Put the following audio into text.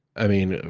i mean,